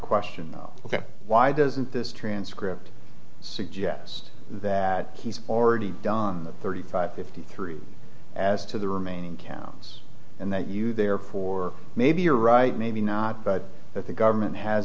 question ok why doesn't this transcript suggest that he's already done the thirty five fifty three as to the remaining counts and that you therefore maybe you're right maybe not but that the government has